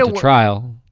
ah trial.